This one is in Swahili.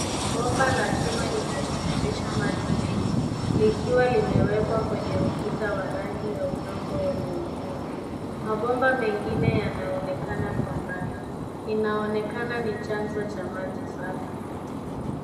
Bomba la chuma linatiririsha maji mengi likiwa limewekwa kwenye ukuta wa rangi ya udongo wenye ukongo. Mabomba mengine yanaoenekana kwa umbali. Inaonekana ni chanzo cha maji safi.